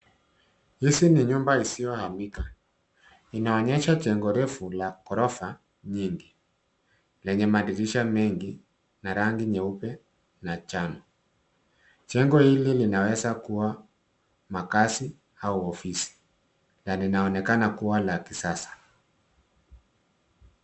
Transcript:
Hizi ni nyumba hisiohamika. Inaonyesha jengo refu la ghorofa nyingi lenye madirisha mengi na rangi nyeupe na njano. Jengo hili linaweza kuwa makazi au ofisi na linaonekana kuwa la kisasa.